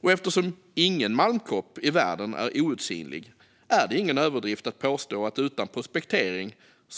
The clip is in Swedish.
Och eftersom ingen malmkropp i världen är outsinlig är det ingen överdrift att påstå att utan prospektering